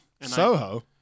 Soho